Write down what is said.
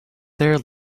there